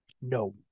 No